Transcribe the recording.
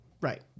Right